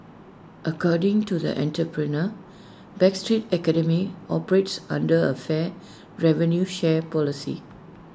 according to the entrepreneur backstreet academy operates under A fair revenue share policy